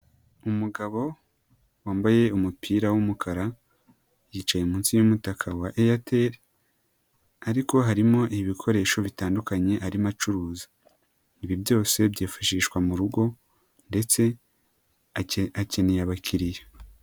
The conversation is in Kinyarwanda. Umugabo wambaye umupira w'umukara, yicaye munsi y'umutaka wa Airtel ariko harimo ibikoresho bitandukanye arimo acuruza, ibi byose byifashishwa mu rugo ndetse akeneye abakiriya.